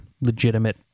legitimate